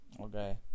Okay